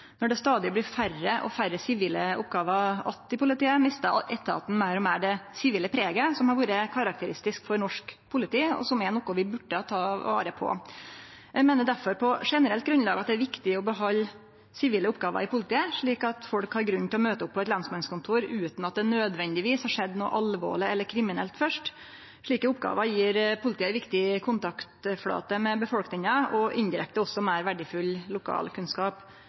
Når det stadig blir færre og færre sivile oppgåver att i politiet, mistar etaten meir og meir det sivile preget som har vore karakteristisk for norsk politi, og som er noko vi burde ta vare på. Eg meiner derfor – på generelt grunnlag – at det er viktig å behalde sivile oppgåver i politiet, slik at folk har grunn til å møte opp på eit lensmannskontor utan at det nødvendigvis har skjedd noko alvorleg eller kriminelt først. Slike oppgåver gjev politiet ei viktig kontaktflate med befolkninga og indirekte også meir verdifull lokalkunnskap.